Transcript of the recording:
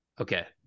Okay